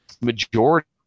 Majority